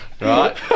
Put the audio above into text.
Right